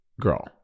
Girl